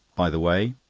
by the way,